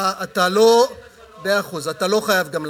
אתה לא חייב גם להקשיב.